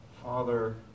Father